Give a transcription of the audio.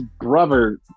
brother